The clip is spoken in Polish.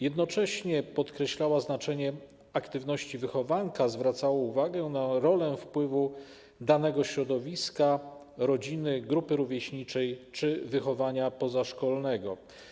Jednocześnie podkreślała znaczenie aktywności wychowanka, zwracała uwagę na rolę wpływu danego środowiska, rodziny, grupy rówieśniczej czy wychowania pozaszkolnego.